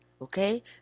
Okay